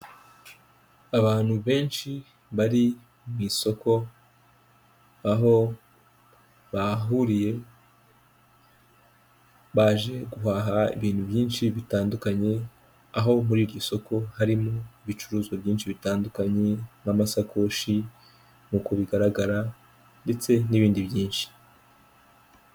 Abantu benshi bari mu isoko, aho bahahuriye baje guhaha ibintu byinshi bitandukanye, aho muri iryo soko harimo ibicuruzwa byinshi bitandukanye nk'amasakoshi nkuko bigaragara ndetse n'ibindi byinshi.